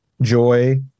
joy